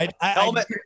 Helmet